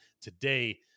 today